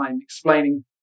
explaining